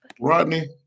Rodney